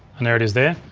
and there it is there.